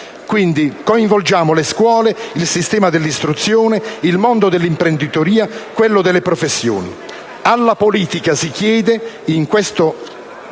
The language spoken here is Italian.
coinvolgiamo le scuole, il sistema dell'istruzione, il mondo dell'imprenditoria e quello delle professioni. Alla politica si chiede, in questo